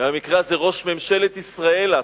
במקרה הזה ראש ממשלת ישראל אתה.